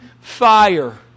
fire